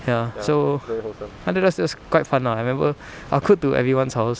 ya so I don't know that's just quite fun lah I remember I'll go to everyone's house